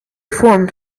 formed